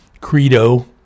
credo